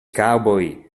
cowboy